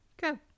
go